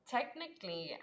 Technically